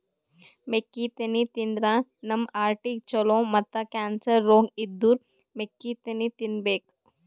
ಮೆಕ್ಕಿತೆನಿ ತಿಂದ್ರ್ ನಮ್ ಹಾರ್ಟಿಗ್ ಛಲೋ ಮತ್ತ್ ಕ್ಯಾನ್ಸರ್ ರೋಗ್ ಇದ್ದೋರ್ ಮೆಕ್ಕಿತೆನಿ ತಿನ್ಬೇಕ್